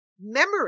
memory